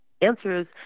answers